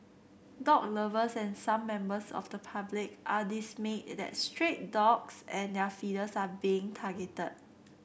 dog lovers and some members of the public are dismayed that stray dogs and their feeders are being targeted